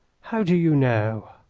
how do you know?